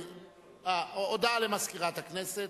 הודעה למזכירת הכנסת.